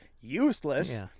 useless